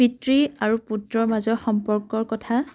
পিতৃ আৰু পুত্ৰৰ মাজৰ সম্পৰ্কৰ কথা